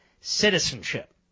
citizenship